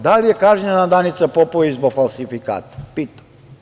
Da li je kažnjena Danica Popović zbog falsifikata, pitam?